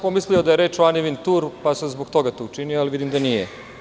Pomislio da je reč o Ani Vintur, pa sam zbog toga to učinio, ali vidim da nije.